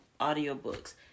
audiobooks